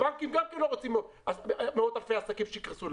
הבנקים גם לא רוצים מאות אלפי עסקים שיקרסו.